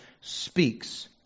speaks